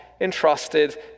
entrusted